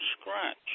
scratch